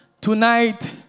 Tonight